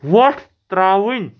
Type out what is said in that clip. وۄٹھ ترٛاوٕنۍ